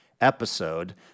episode